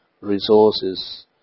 resources